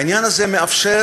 העניין הזה מאפשר